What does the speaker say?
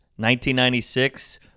1996